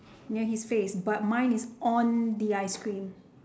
near his face but mine is on the ice cream